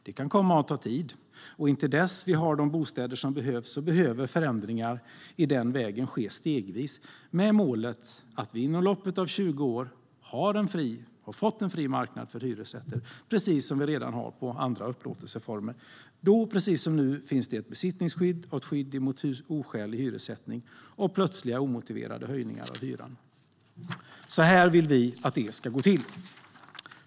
Det kan komma att ta tid, och till dess att vi har de bostäder som behövs behöver förändringar på den vägen ske stegvis, med målet att vi inom loppet av 20 år har fått en fri marknad för hyresrätter, precis som vi redan har för andra upplåtelseformer. Då precis som nu finns ett besittningsskydd och ett skydd mot oskälig hyressättning och plötsliga omotiverade höjningar av hyran. Jag ska nu redogöra för hur vi vill att detta ska gå till.